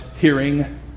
hearing